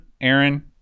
Aaron